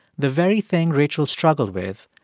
the very thing rachel struggled with,